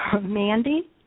Mandy